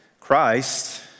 Christ